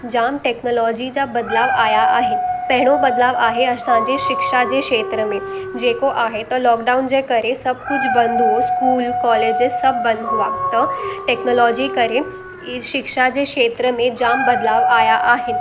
जाम technology जा बदिलाव आया आहिनि पहिरों बदिलाउ आहे असांजे शिक्षा जे क्षेत्र में जेको आहे त लॉकडाउन जे करे सभु कुझु बंदि हुओ स्कूल कॉलेजिस सभु बंदि हुआ त टेक्नोलॉजी करे ई शिक्षा जे क्षेत्र में जामु बदिलाउ आया आहिनि